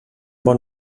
bon